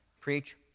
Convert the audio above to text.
preach